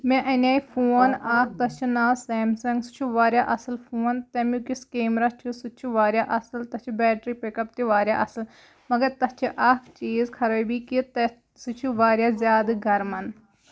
مےٚ اَنے فون اکھ تَتھ چھُ ناو سیمسنگ سُہ چھُ واریاہ اَصٕل فون تَمیُک یُس کیمرا چھُ سُہ تہِ چھُ واریاہ اَصٕل تَتھ چھِ بیٹری پِک اَپ تہِ واریاہ اَصٕل مَگر تَتھ چھُ اکھ چیٖز خرٲبی کہِ تَتھ سُہ چھُ واریاہ زیادٕ گرمان